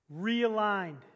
realigned